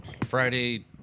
Friday